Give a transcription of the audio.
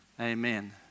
Amen